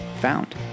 found